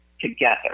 together